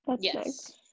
Yes